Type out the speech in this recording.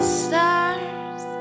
stars